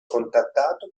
contattato